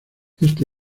este